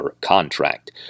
contract